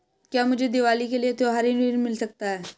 क्या मुझे दीवाली के लिए त्यौहारी ऋण मिल सकता है?